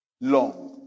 long